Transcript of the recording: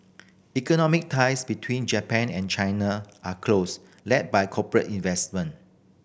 economic ties between Japan and China are close led by corporate investment